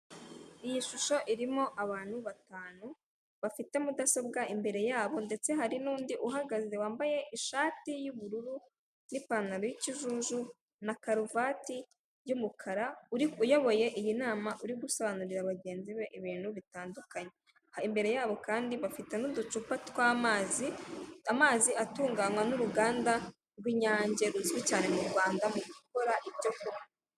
Iyi shusho irimo abantu batanu bafite mudasobwa imbere yabo ndetse hari n'undi uhagaze wambaye ishati y'ubururu n'ipantaro y'ikijuju na karovati y'umukara uyoboye inama uri gusobanurira bagenzi be ibintu bitandukanye, imbere yabo kandi bafite n'uducupa tw'amazi atunganywa n'uruganda rw'inyange ruzwi cyane mu Rwanda mugukora ibyo kunywa.